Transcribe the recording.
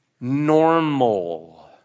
normal